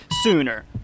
sooner